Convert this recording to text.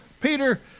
Peter